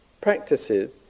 practices